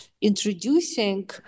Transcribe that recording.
introducing